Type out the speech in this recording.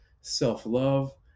self-love